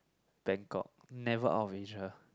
bangkok never out of Asia